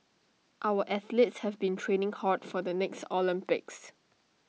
our athletes have been training hard for the next Olympics